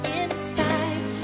inside